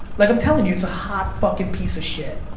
like i'm telling you, it's a hot fucking piece of shit.